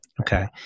Okay